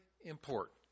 important